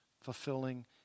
fulfilling